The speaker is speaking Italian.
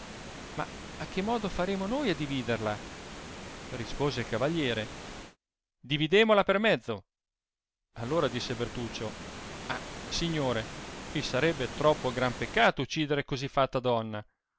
ma a che modo faremo noi a dividerla rispose il cavalliere dividèmola per mezzo allora disse bertuccio ah signore il sarebbe troppo gran peccato uccidere così fatta donna